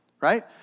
right